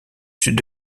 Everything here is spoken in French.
sud